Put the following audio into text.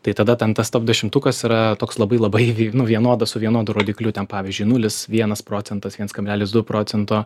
tai tada ten tas top dešimtukas yra toks labai labai nu vienodas su vienodu rodikliu ten pavyzdžiui nulis vienas procentas viens kablelis du procento